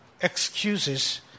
excuses